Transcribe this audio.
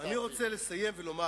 אני רוצה לסיים ולומר: